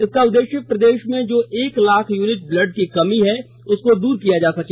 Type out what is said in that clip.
इसका उद्देश्य प्रदेश में जो एक लाख यूनिट ब्लड की कमी है उसको दूर किया जा सके